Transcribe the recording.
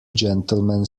gentlemen